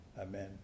Amen